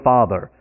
Father